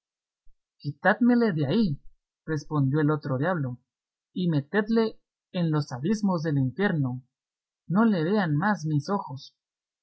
tordesillas quitádmele de ahí respondió el otro diablo y metedle en los abismos del infierno no le vean más mis ojos